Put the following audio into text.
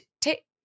Take